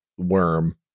worm